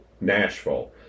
Nashville